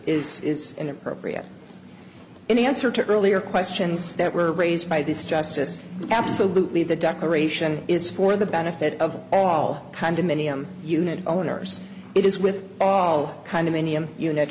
is is an appropriate in answer to earlier questions that were raised by this justice absolutely the declaration is for the benefit of all condominium unit owners it is with all kind of mania unit